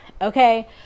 okay